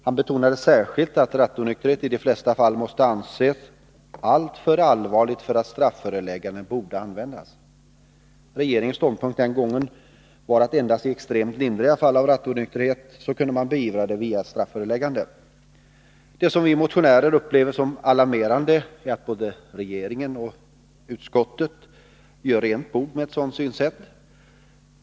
Han betonade särskilt att rattonykterhet i de flesta fall måste anses ”alltför allvarligt för att strafföreläggande borde användas”. Regeringens ståndpunkt den gången var att rattonykterhet kunde beivras genom ett strafföreläggande endast i extremt lindriga fall. Det som vi motionärer upplever som alarmerande är att både regering och utskott gör rent bord med ett sådant synsätt.